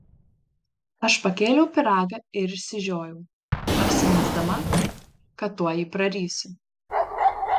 aš pakėliau pyragą ir išsižiojau apsimesdama kad tuoj jį prarysiu